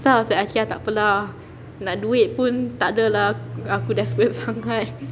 so I was like okay lah takpe lah nak duit pun takde lah aku aku desperate sangat